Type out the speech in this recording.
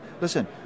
Listen